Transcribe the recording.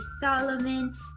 Solomon